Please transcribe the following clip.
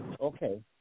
Okay